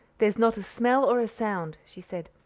there's not a smell or a sound, she said.